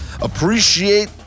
appreciate